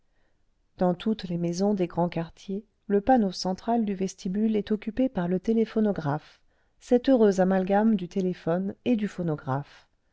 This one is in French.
dans toutes les maisons des grands quartiers le panneau central du vestibule est occupé par le téléphonographe cet heureux amalgame du téléphone et du phonographe